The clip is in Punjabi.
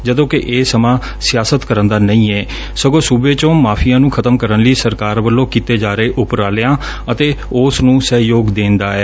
ਜਦੋਂ ਕਿ ਇਹ ਸਮਾਂ ਸਿਆਸਤ ਕਰਨ ਦਾ ਨਹੀਂ ਸਗੋਂ ਸੁਬੇ ਚੋਂ ਮਾਫ਼ੀਆ ਨੂੰ ਖ਼ਤਮ ਕਰਨ ਲਈ ਸਰਕਾਰ ਵੱਲੋਂ ਕੀਤੇ ਜਾ ਰਹੇ ਉਪਰਾਲਿਆਂ ਅਤੇ ਉਸ ਨੁੰ ਸਹਿਯੋਗ ਦੇਣ ਦਾ ਐ